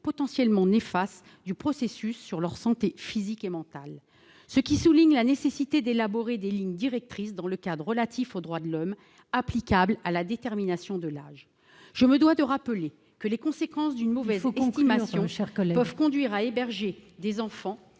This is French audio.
potentiellement néfastes du processus sur leur santé physique et mentale, ce qui souligne la nécessité d'élaborer des lignes directrices, dans le cadre relatif aux droits de l'homme, applicables à la détermination de l'âge. Je me dois de rappeler que les conséquences d'une mauvaise estimation ... Il faut conclure, ma